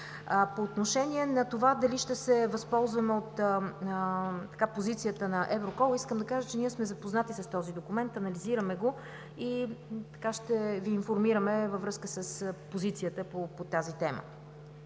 По отношение на това дали ще се възползваме от позицията на ЕВРОКОЛ, искам да кажа, че сме запознати с този документ, анализираме го и ще Ви информираме във връзка с позицията по тази тема.